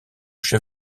chef